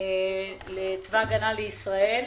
לצבא ההגנה לישראל.